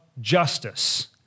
justice